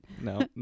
No